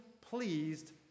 pleased